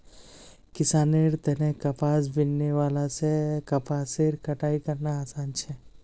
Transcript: किसानेर तने कपास बीनने वाला से कपासेर कटाई करना आसान छे